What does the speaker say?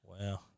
Wow